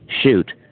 shoot